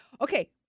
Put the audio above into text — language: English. okay